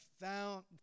found